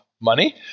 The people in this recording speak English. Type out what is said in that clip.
money